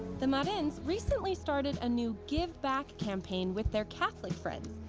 the marins recently started a new give back campaign with their catholic friends.